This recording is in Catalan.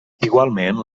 igualment